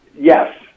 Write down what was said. Yes